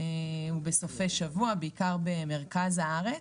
ובסופי שבוע, בעיקר במרכז הארץ.